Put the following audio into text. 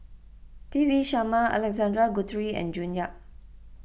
P V Sharma Alexander Guthrie and June Yap